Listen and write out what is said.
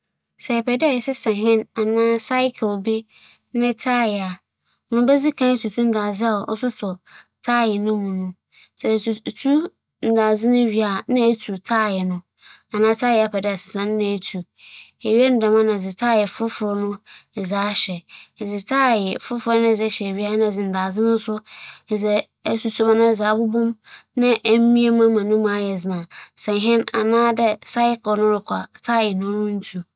Minnyim mbrɛ wosi sesa kaar anaa ''ͻyͻle'' biara ne ''tyre'', ntsi sɛ biribi dɛm to me a, adze a mebɛyɛ ara nye dɛ, mebɛfrɛ obi a ͻwͻ ho nyimdzee ma wͻaba abͻ boa me. Na sɛ onnkotum aba so a, mebɛdan egya esi hͻ na m'atoa m'akwantu do, ekyir no nna ma ma obi abɛyɛ ama me.